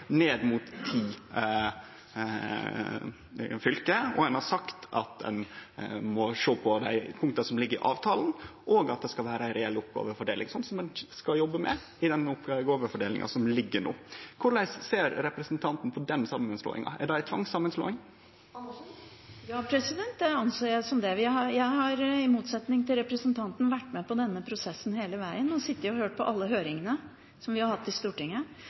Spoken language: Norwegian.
ned mot ti fylke, ein har sagt at ein må sjå på dei punkta som ligg i avtalen, og det skal vere ei reell oppgåvefordeling – slik ein skal jobbe med i den oppgåvefordelinga som no ligg føre. Korleis ser representanten på den samanslåinga? Er det ei tvangssamanslåing? Ja, det anser jeg det som. Jeg har, i motsetning til representanten, vært med på denne prosessen hele veien, og sittet og hørt på alle høringene som vi har hatt i Stortinget,